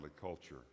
culture